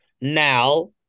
Now